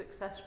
successful